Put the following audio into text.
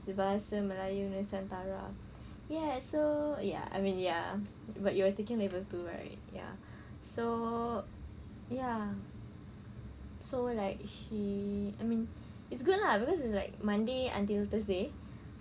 bahasa melayu nusantara ya so ya I mean ya but you are taking level two right ya so ya so like she I mean it's good lah cause it's like monday until thursday